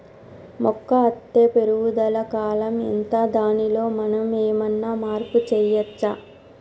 మొక్క అత్తే పెరుగుదల కాలం ఎంత దానిలో మనం ఏమన్నా మార్పు చేయచ్చా?